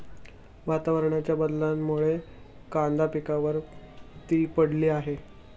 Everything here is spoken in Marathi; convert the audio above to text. वातावरणाच्या बदलामुळे कांदा पिकावर ती पडली आहे